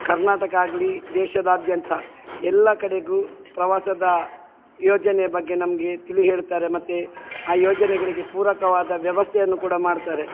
ಕರ್ನಾಟಕ ಆಗ್ಲಿ ದೇಶದಾದ್ಯಂತ ಎಲ್ಲ ಕಡೆಗೂ ಪ್ರವಾಸದ ಯೋಜನೆ ಬಗ್ಗೆ ನಮಗೆ ತಿಳಿ ಹೇಳ್ತಾರೆ ಮತ್ತು ಆ ಯೋಜನೆಗಳಿಗೆ ಪೂರಕವಾದ ವ್ಯವಸ್ಥೆಯನ್ನು ಕೂಡ ಮಾಡ್ತಾರೆ